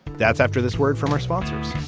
that's after this word from our sponsors